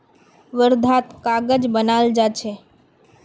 वर्धात कागज बनाल जा छे